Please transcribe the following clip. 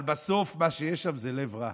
אבל בסוף מה שיש שם זה לב רע.